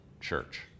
church